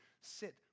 sit